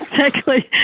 exactly!